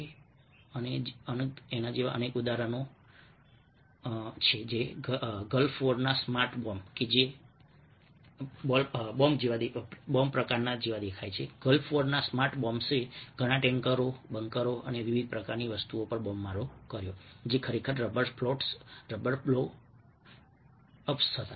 તેથી ઉદાહરણો ઘણા ઉદાહરણો છે ગલ્ફ વોરના સ્માર્ટ બોમ્બ જે પ્રકારનો દેખાય છે ગલ્ફ વોરના સ્માર્ટ બોમ્બ્સે ઘણા ટેન્કરો બંકરો અને વિવિધ પ્રકારની વસ્તુઓ પર બોમ્બમારો કર્યો જે ખરેખર rubber floats rubber blow ups હતા